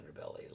underbelly